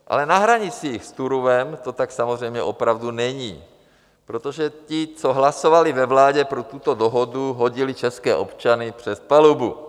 Ale na hranicích s Turówem to tak samozřejmě opravdu není, protože ti, co hlasovali ve vládě pro tuto dohodu, hodili české občany přes palubu.